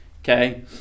Okay